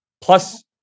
plus